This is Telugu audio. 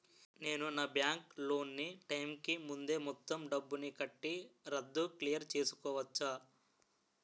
నేను నా బ్యాంక్ లోన్ నీ టైం కీ ముందే మొత్తం డబ్బుని కట్టి రద్దు క్లియర్ చేసుకోవచ్చా?